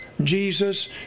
Jesus